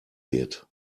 wird